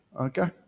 Okay